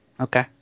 Okay